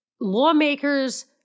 lawmakers